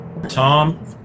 Tom